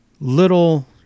little